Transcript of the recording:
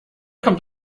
kommt